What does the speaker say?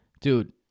Dude